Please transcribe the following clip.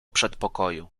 przedpokoju